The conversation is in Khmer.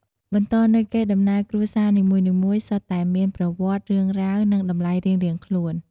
បន្តនូវកេរដំណែលគ្រួសារនីមួយៗសុទ្ធតែមានប្រវត្តិ រឿងរ៉ាវ និងតម្លៃរៀងៗខ្លួន។